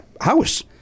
house